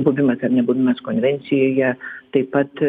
buvimas ar nebuvimas konvencijoje taip pat